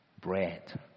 Bread